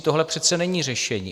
Tohle přece není řešení.